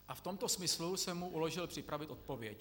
A v tomto smyslu jsem mu uložil připravit odpověď.